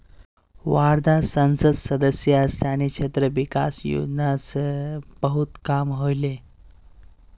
वर्धात संसद सदस्य स्थानीय क्षेत्र विकास योजना स बहुत काम ह ले